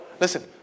listen